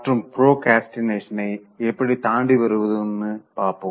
மற்றும் பிராக்ரஸ்டினேஷன எப்படி தாண்டி வர்றதுன்னு பார்ப்போம்